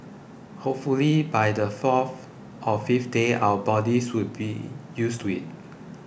hopefully by the fourth or fifth day our bodies would be used to it